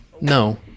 no